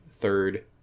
third